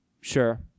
sure